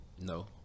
No